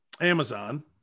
Amazon